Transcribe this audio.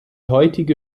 heutige